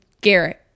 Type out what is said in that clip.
Garrett